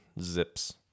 zips